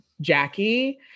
Jackie